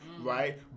right